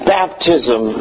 baptism